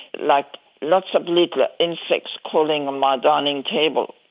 like lots of little insects crawling on my dining table.